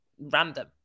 random